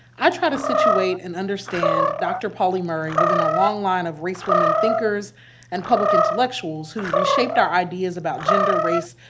i try to situate and understand dr. pauli murray within a long line of race women thinkers and public intellectuals who reshaped our ideas about gender, race,